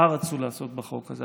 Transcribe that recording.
מה רצו לעשות בחוק הזה?